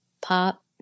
pop